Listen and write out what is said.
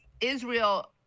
Israel